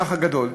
מוסך גדול.